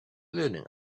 learning